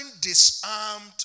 disarmed